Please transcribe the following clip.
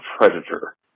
predator